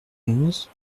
onze